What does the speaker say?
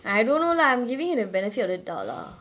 I don't know lah I'm giving him the benefit of the doubt lah